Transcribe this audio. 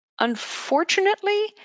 Unfortunately